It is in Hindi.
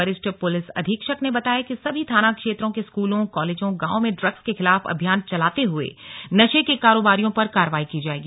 वरिष्ठ पुलिस अधीक्षक ने बताया कि सभी थाना क्षेत्रों के स्कूलों कालेजों गांवों में ड्रग्स के खिलाफ अभियान चलाते हुए नशे के कारोबारियों पर कार्रवाई की जाएगी